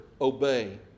obey